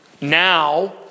now